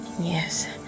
Yes